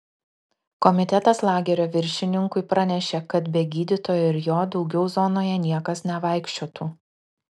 komitetas lagerio viršininkui pranešė kad be gydytojo ir jo daugiau zonoje niekas nevaikščiotų